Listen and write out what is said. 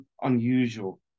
unusual